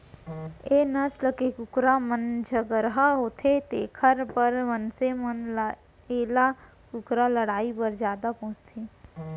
ए नसल के कुकरा मन झगरहा होथे तेकर बर मनसे मन एला कुकरा लड़ई बर जादा पोसथें